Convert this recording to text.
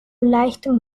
leichtem